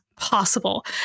possible